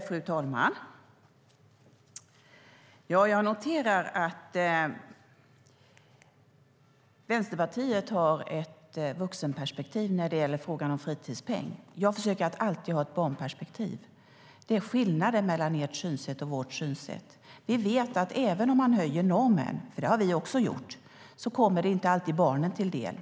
Fru talman! Jag noterar att Vänsterpartiet har ett vuxenperspektiv när det gäller frågan om fritidspeng. Jag försöker att alltid ha ett barnperspektiv. Det är skillnaden mellan ert och vårt synsätt. Vi vet att även om man höjer normen - för det har vi också gjort - kommer det inte alltid barnen till del.